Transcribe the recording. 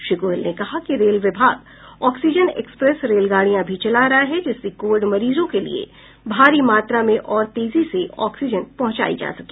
श्री गोयल ने कहा कि रेल विभाग ऑक्सीजन एक्सप्रेस रेलगाड़ियां भी चला रहा है जिनसे कोविड मरीजों के लिए भारी मात्रा में और तेजी से ऑक्सीजन पहुंचाई जा सके